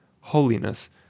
holiness